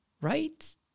right